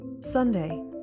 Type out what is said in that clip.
Sunday